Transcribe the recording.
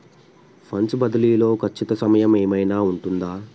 Funds బదిలీ లో ఖచ్చిత సమయం ఏమైనా ఉంటుందా?